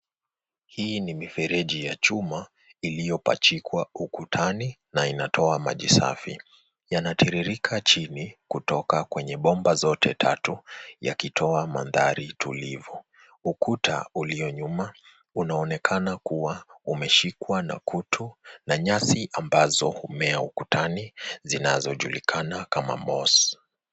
Hii ni mifereji ya chuma iliyopachikwa ukutani na inatoa maji safi. Yanatiririka chini kutoka bomba zote tatu yakitoa mandhari tulivu. Ukuta ulio nyuma unaonekana kuwa umeshikwa na kutu, na nyasi ambazo humea ukutani, zinazojulikana kama moss